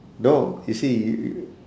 no you see y~ y~